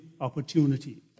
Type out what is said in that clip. opportunity